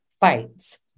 fights